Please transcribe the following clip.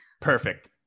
perfect